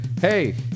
Hey